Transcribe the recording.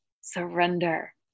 surrender